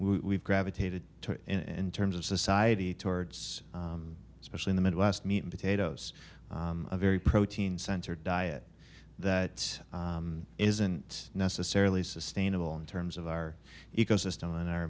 we've gravitated to in terms of society towards especially in the midwest meat and potatoes a very protein centered diet that isn't necessarily sustainable in terms of our ecosystem and our